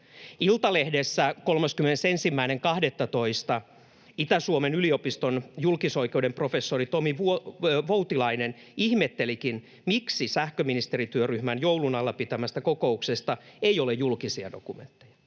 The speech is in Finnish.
Iltalehdessä 31.12. Itä-Suomen yliopiston julkisoikeuden professori Tomi Voutilainen ihmettelikin, miksi sähköministerityöryhmän joulun alla pitämästä kokouksesta ei ole julkisia dokumentteja.